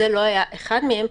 שזה לא היה אחד מהם,